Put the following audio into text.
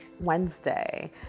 Wednesday